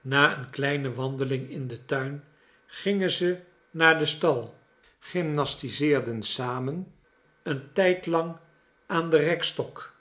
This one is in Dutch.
na een kleine wandeling in den tuin gingen ze naar den stal gymnastiseerden samen een tijdlang aan den rekstok